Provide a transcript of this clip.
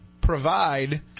provide